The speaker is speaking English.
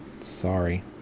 Sorry